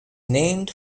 named